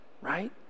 right